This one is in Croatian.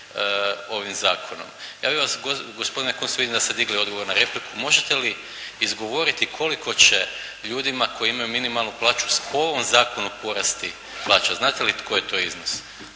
ovim zakonom. Ja bih vas gospodine Kunst, vidim da ste digli odgovor na repliku, možete li izgovoriti koliko će ljudima koji imaju minimalnu plaću po ovom zakonu porasti plaća? Znate li koji je to iznos?